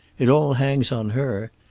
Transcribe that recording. it all hangs on her.